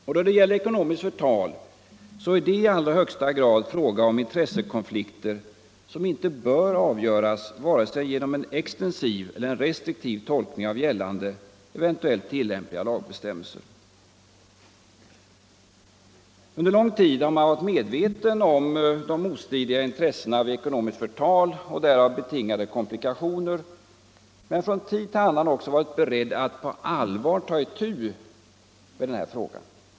Och då det gäller ekonomiskt förtal är det i allra högsta grad fråga om intressekonflikter som inte bör avgöras genom vare sig en extensiv eller restriktiv tolkning av gällande, eventuellt tillämpliga lagbestämmelser. Under lång tid har man varit medveten om de motstridiga intressena vid ekonomiskt förtal och därav betingade komplikationer, och från tid till annan har man också varit beredd att på allvar ta itu med den här frågan.